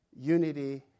unity